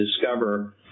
discover